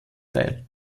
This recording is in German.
teil